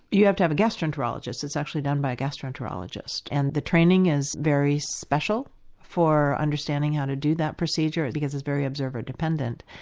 you have to have a gastroenterologist, it's actually done by a gastroenterologist and the training is very special for understanding how to do that procedure because it's very observer-dependent.